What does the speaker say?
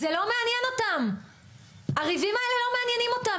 זה לא מעניין אותם הריבים האלה לא מעניינים אותם,